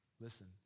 Listen